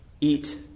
eat